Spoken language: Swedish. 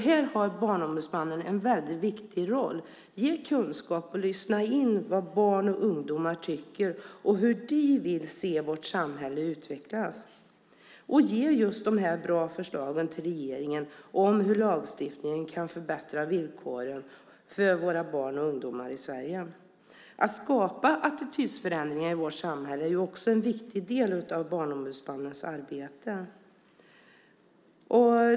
Här har Barnombudsmannen en väldigt viktig roll i att ge kunskap och lyssna in vad barn och ungdomar tycker och hur de vill se vårt samhälle utvecklas, att ge just de bra förslagen till regeringen om hur lagstiftningen kan förbättra villkoren för våra barn och ungdomar i Sverige. Att skapa attitydförändringar i vårt samhälle är också en viktig del av Barnombudsmannens arbete.